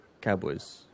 Cowboys